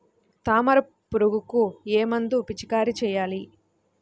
తామర పురుగుకు ఏ మందు పిచికారీ చేయాలి?